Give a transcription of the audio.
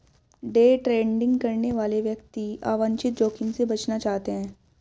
day trading करने वाले व्यक्ति अवांछित जोखिम से बचना चाहते हैं